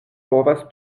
povas